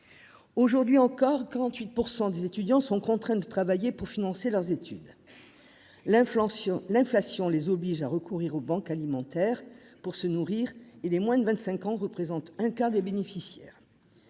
Aujourd'hui encore, 48% des étudiants sont contraints de travailler pour financer leurs études. L'inflation, l'inflation les oblige à recourir aux banques alimentaires pour se nourrir et les moins de 25 ans représentent un quart des bénéficiaires.